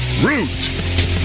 Root